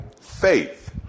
faith